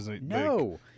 no